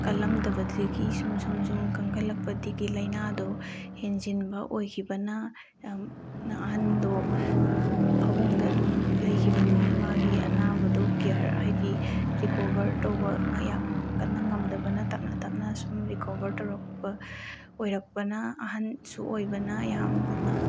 ꯀꯜꯂꯝꯗꯕꯗꯒꯤ ꯁꯨꯝ ꯁꯨꯝ ꯁꯨꯝ ꯀꯟꯈꯠꯂꯛꯄꯗꯒꯤ ꯂꯩꯅꯥꯗꯣ ꯍꯦꯟꯖꯤꯟꯕ ꯑꯣꯏꯈꯤꯕꯅ ꯑꯍꯟꯗꯣ ꯐꯃꯨꯡꯗ ꯑꯗꯨꯝ ꯂꯩꯈꯤꯕꯅꯤ ꯃꯥꯒꯤ ꯑꯅꯥꯕꯗꯣ ꯀꯤꯌꯔ ꯍꯥꯏꯗꯤ ꯔꯤꯀꯣꯕꯔ ꯇꯧꯕ ꯌꯥꯝ ꯀꯟꯅ ꯉꯝꯗꯕꯅ ꯇꯞꯅ ꯇꯞꯅ ꯁꯨꯝ ꯔꯤꯀꯣꯕꯔ ꯇꯧꯔꯛꯄ ꯑꯣꯏꯔꯛꯄꯅ ꯑꯍꯜꯁꯨ ꯑꯣꯏꯕꯅ ꯌꯥꯝ